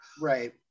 Right